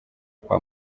kwa